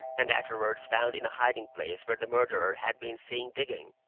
and afterwards found in a hiding-place where the murderer had been seen digging,